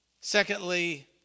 Secondly